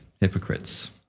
hypocrites